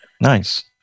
Nice